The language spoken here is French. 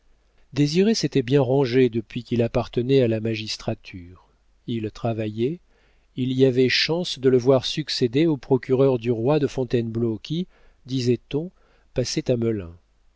désiré s'était bien rangé depuis qu'il appartenait à la magistrature il travaillait il y avait chance de le voir succéder au procureur du roi de fontainebleau qui disait-on passait à melun